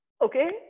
okay